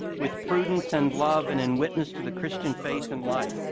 with prudence and love and in witness to the christian faith and life?